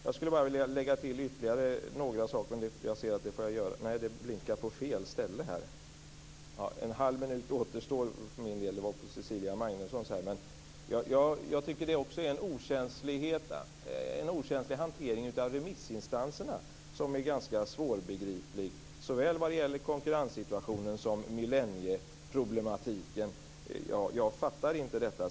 Jag skulle vilja lägga till ytterligare några saker. Jag tycker att det är en okänslig hantering av remissinstanserna, som är ganska svårbegriplig, såväl vad gäller konkurrenssituationen som vad gäller millennieproblematiken. Jag fattar inte detta.